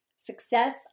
Success